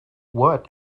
what